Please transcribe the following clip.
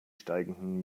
steigenden